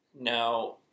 Now